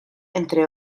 entre